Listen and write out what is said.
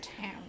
Town